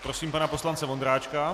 Prosím pana poslance Vondráčka.